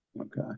okay